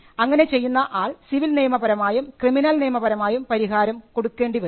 അങ്ങനെ ചെയ്യുന്ന ആൾ സിവിൽ നിയമപരമായും ക്രിമിനൽ നിയമപരമായും പരിഹാരം കൊടുക്കേണ്ടിവരും